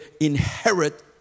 inherit